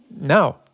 Now